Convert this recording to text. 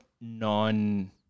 non